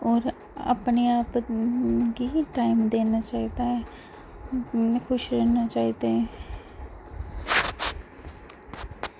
होर अपने आप गी टैम देना चाहिदा ऐ इंया खुश रहने ताहीं